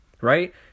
right